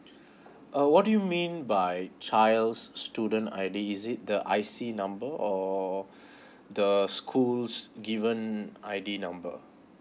uh what do you mean by child student I_D is it the I_C number or the schools given I_D number